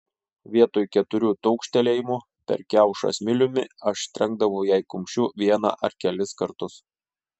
vietoj keturių taukštelėjimų per kiaušą smiliumi aš trenkdavau jai kumščiu vieną ar kelis kartus